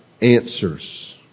answers